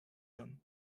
hommes